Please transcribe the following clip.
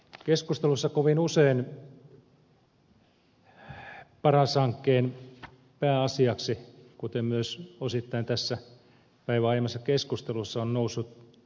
keskustelussa kovin usein paras hankkeen pääasiaksi kuten myös osittain tässä päivän aiemmassa keskustelussa ovat nousseet kuntaliitokset